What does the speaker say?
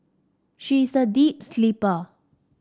she is a deep sleeper